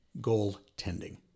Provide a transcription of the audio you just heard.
Goaltending